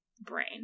brain